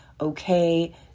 okay